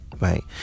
right